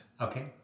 Okay